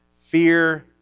fear